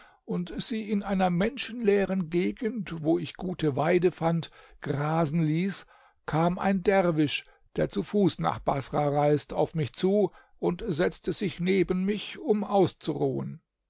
und sie in einer menschenleeren gegend wo ich gute weide fand grasen ließ kam ein derwisch der zu fuß nach baßrah reist auf mich zu und setzte sich neben mich um auszuruhen